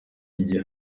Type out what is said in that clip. igihe